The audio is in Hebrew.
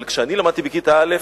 אבל כשאני למדתי בכיתה א'